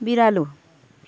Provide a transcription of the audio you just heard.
बिरालो